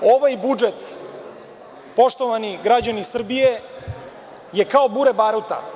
Ovaj budžet, poštovani građani Srbije je kao bure baruta.